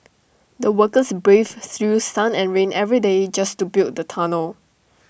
the workers braved through sun and rain every day just to build the tunnel